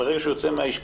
מרגע שהוא יוצא מהאשפוז,